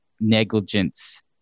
negligence